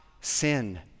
sin